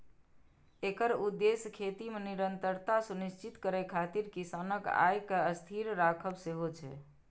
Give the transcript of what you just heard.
एकर उद्देश्य खेती मे निरंतरता सुनिश्चित करै खातिर किसानक आय कें स्थिर राखब सेहो छै